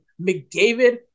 McDavid